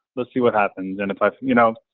let's see what happens then. if i you know,